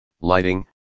lighting